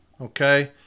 okay